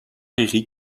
eric